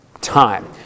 time